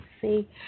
See